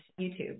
YouTube